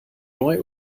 neu